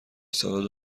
سالاد